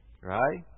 right